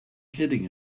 kidding